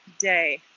day